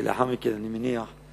ולאחר מכן, אני מניח,